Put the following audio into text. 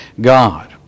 God